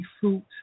fruit